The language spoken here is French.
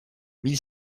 mille